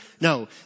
No